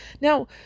Now